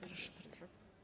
Proszę bardzo.